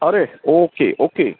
अरे okay okay